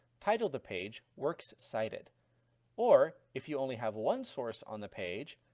title the page works cited or, if you only have one source on the page,